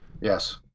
Yes